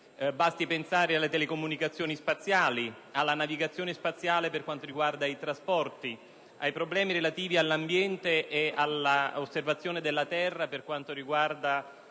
basti pensare alle telecomunicazioni spaziali, alla navigazione spaziale per quanto riguarda i trasporti, ai problemi relativi all'ambiente e all'osservazione della terra, per quanto riguarda